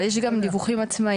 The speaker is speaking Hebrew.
אבל יש גם דיווחים עצמאיים.